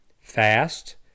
fast